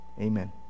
Amen